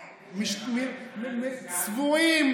פמיניסטית.